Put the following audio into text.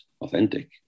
authentic